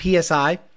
PSI